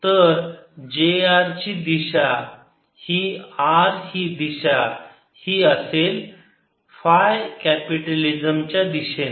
तर jr ची r दिशा ही असेल फाय कॅपिटॅलिझम च्या दिशेने